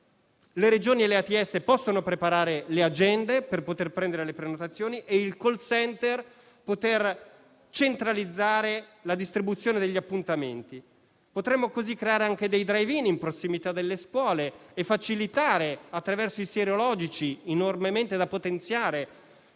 Le Regioni e le ATS possono preparare le agende per prendere le prenotazioni e il *call center* potrebbe centralizzare la distribuzione degli appuntamenti. Potremmo così creare anche dei *drive in* in prossimità delle scuole e facilitare, attraverso i *test* sierologici (enormemente da potenziare),